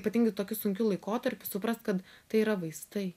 ypatingai tokiu sunkiu laikotarpiu suprast kad tai yra vaistai